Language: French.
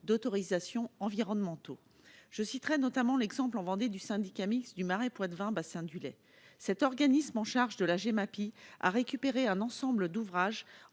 d'autorisation environnementale. Je citerai notamment l'exemple en Vendée du syndicat mixte du marais poitevin bassin du Lay. Cet organisme en charge de la Gemapi a récupéré un ensemble d'ouvrages